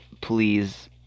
please